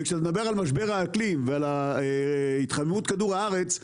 וכשאתה מדבר על משבר האקלים ועל התחממות כדור הארץ,